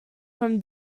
from